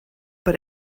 but